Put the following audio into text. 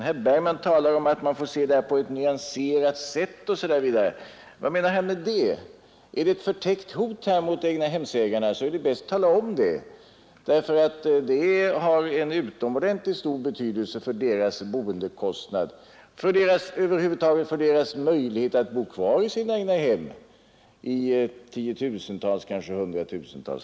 Herr Bergman talar om att man får se detta på ett nyanserat sätt osv. Vad menar han med det? Är det ett förtäckt hot mot egnahemsägarna, är det bäst att tala om det. Detta avdrag har nämligen en utomordentligt stor betydelse för deras boendekostnad och i tiotusentals och kanske hundratusentals fall över huvud taget för deras möjlighet att bo kvar i sina egnahem.